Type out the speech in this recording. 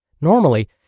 Normally